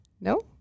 No